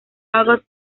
august